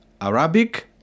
Arabic